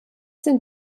sind